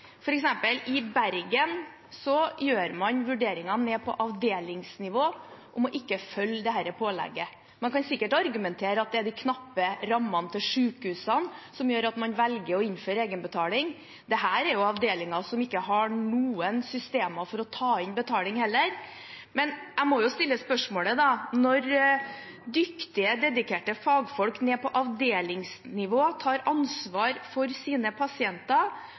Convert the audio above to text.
gjør man i Bergen vurderinger ned på avdelingsnivå om ikke å følge dette pålegget. Man kan sikkert argumentere med at det er de knappe rammene til sykehusene som gjør at man velger å innføre egenbetaling – dette er jo avdelinger som ikke har noen systemer for å ta inn betaling heller – men jeg må jo stille spørsmålet: Når dyktige, dedikerte fagfolk ned på avdelingsnivå tar ansvar for sine pasienter